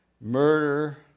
murder